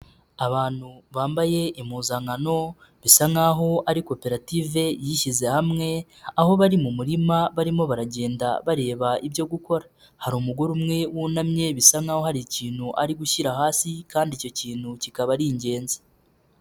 Abantu bambaye impuzankano bisa nkaho ari koperative yishyize hamwe aho bari mu murima barimo baragenda bareba ibyo gukora, hari umugore umwe wunumye bisa naho hari ikintu ari gushyira hasi kandi icyo kintu kikaba ari ingenzi.